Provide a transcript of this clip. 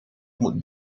moet